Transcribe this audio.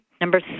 Number